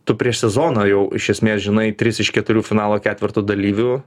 tu prieš sezoną jau iš esmės žinai tris iš keturių finalo ketverto dalyvių